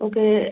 okay